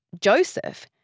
Joseph